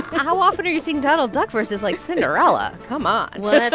how often are you seeing donald duck verses, like, cinderella? come on well, that's